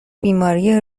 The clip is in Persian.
بیماری